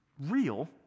real